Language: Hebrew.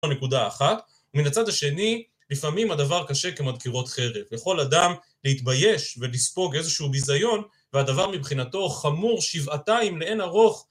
נקודה אחת, מן הצד השני לפעמים הדבר קשה כמדקירות חרב, יכול אדם להתבייש ולספוג איזשהו ביזיון והדבר מבחינתו חמור שבעתיים לעין ארוך